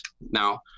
Now